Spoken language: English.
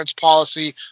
policy